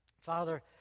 Father